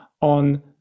on